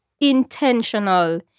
intentional